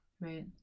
right